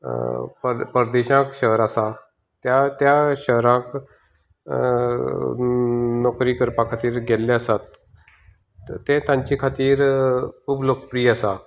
परदेशाक शहर आसा ते त्या शहराक नोकरी करपा खातीर गेल्ले आसात ते तांचे खातीर खूब लोकप्रिय आसा